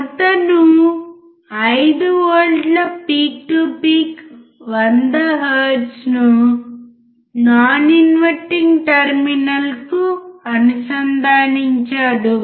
అతను 5 వోల్ట్ల peak to peak 100 హెర్ట్జ్ను నాన్ ఇన్వర్టింగ్ టెర్మినల్కు అనుసంధానించాడు